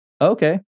Okay